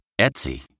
Etsy